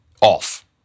off